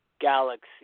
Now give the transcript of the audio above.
galaxy